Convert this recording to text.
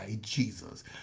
Jesus